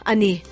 Ani